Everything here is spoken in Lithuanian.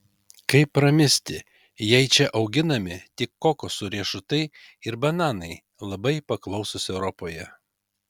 kaip pramisti jei čia auginami tik kokosų riešutai ir bananai labai paklausūs europoje